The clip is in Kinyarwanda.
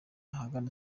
ahagana